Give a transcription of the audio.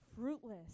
fruitless